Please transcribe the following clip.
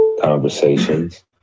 conversations